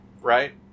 right